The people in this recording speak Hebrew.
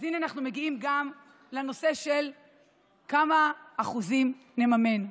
הינה אנחנו מגיעים גם לנושא של כמה אחוזים נממן.